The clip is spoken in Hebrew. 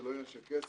זה לא עניין של כסף,